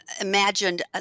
imagined